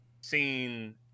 seen